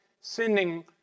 sending